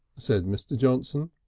said mr. johnson.